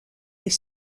est